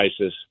ISIS